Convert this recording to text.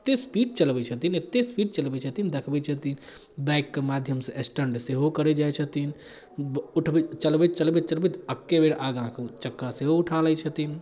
एतेक स्पीड चलबै छथिन एतेक स्पीड चलबै छथिन देखबै छथिन बाइकके माध्यमसँ एस्टन्ट सेहो करै जाइ छथिन उठबै चलबैत चलबैत चलबैत एक्केबेर आगाँसँ चक्का सेहो उठा लै छथिन